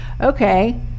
okay